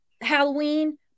halloween